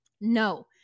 No